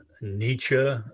Nietzsche